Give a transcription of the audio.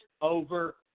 over